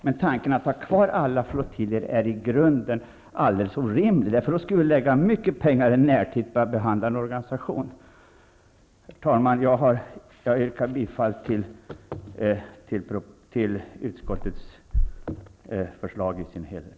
Men tanken att ha kvar alla flottiljer är i grunden alldeles orimlig, för då skulle vi den närmaste tiden lägga ned mycket pengar på att behandla en organisation. Herr talman! Jag yrkar bifall till utskottets förslag i dess helhet.